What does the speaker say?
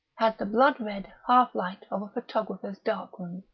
had the blood-red half-light of a photographer's darkroom.